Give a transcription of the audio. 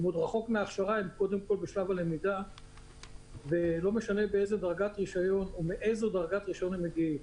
לא משנה מאיזו דרגת רישיון הם מגיעים.